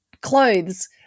clothes